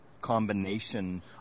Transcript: combination